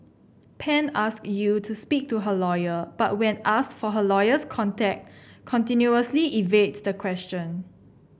Pan ask Yew to speak to her lawyer but when ask for her lawyer's contact continuously evades the question